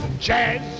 Jazz